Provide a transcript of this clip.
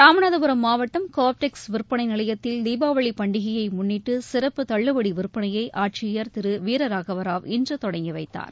இராமநாதபுரம் மாவட்டம் கோ ஆப்டெக்ஸ் விற்பனை நிலையத்தில் தீபாவளி பண்டிகையை முன்னிட்டு சிறப்பு தள்ளுபடி விற்பனையை ஆட்சியர் திரு வீர ராகவ ராவ் இன்று தொடங்கி வைத்தார்